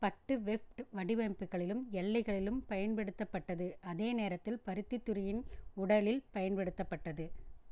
பட்டு வெஃப்ட் வடிவமைப்புகளிலும் எல்லைகளிலும் பயன்படுத்தப்பட்டது அதே நேரத்தில் பருத்தி துணியின் உடலில் பயன்படுத்தப்பட்டது